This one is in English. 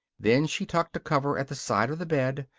then she tucked a cover at the side of the bed,